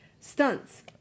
stunts